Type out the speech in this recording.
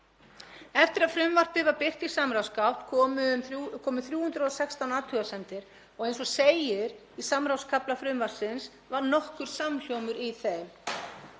Eftir að frumvarpið var birt í samráðsgátt komu 316 athugasemdir og eins og segir í samráðskafla frumvarpsins var nokkur samhljómur í þeim.